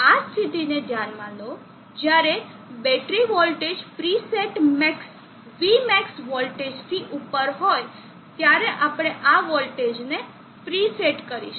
આ સ્થિતિને ધ્યાનમાં લો જ્યારે battery voltage preset max vmax વોલ્ટેજથી ઉપર હોય ત્યારે આપણે આ વોલ્ટેજને પ્રીસેટ કરીશું